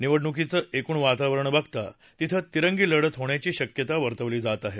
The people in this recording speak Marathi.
निवडणुकीचं एकूण वातावरण बघता तिथं तिरंगी लढत होण्याची शक्यता वर्तवली जात आहे